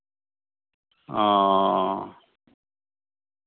ᱚᱻ